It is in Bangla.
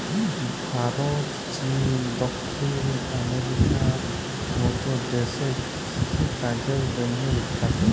ভারত, চিল, দখ্খিল আমেরিকার মত দ্যাশ কিষিকাজের জ্যনহে বিখ্যাত